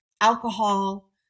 alcohol